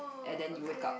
and then you wake up